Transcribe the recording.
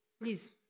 please